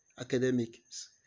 academics